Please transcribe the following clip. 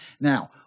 now